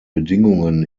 bedingungen